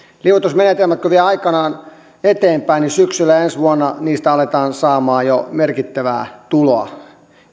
liuotusmenetelmät kun vievät aikanaan eteenpäin niin syksyllä ensi vuonna niistä aletaan saamaan jo merkittävää tuloa